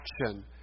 action